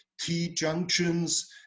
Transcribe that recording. T-junctions